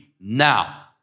now